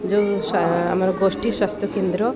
ଯୋଉ ଆମର ଗୋଷ୍ଠୀ ସ୍ୱାସ୍ଥ୍ୟକେନ୍ଦ୍ର